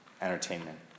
entertainment